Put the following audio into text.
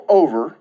over